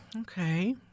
Okay